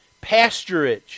pasturage